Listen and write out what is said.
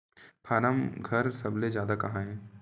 form घर सबले जादा कहां हे